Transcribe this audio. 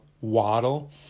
Waddle